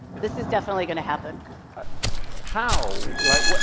this is definitely going to happen. ca how? like